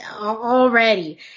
Already